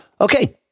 okay